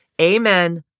Amen